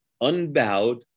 unbowed